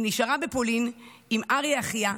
היא נשארה בפולין עם אריה אחיה,